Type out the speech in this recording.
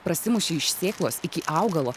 prasimuši iš sėklos iki augalo